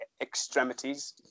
extremities